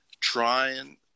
trying